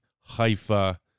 Haifa